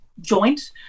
joint